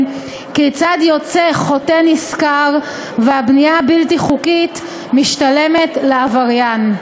כיצד יוצא חוטא נשכר והבנייה הבלתי-חוקית משתלמת לעבריין.